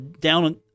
down